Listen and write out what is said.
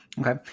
Okay